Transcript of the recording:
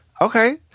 Okay